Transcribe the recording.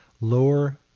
lower